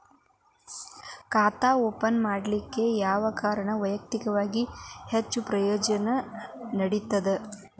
ಖಾತಾ ಓಪನ್ ಮಾಡಲಿಕ್ಕೆ ಯಾವ ಕಾರಣ ವೈಯಕ್ತಿಕವಾಗಿ ಹೆಚ್ಚು ಪ್ರಯೋಜನ ನೇಡತದ?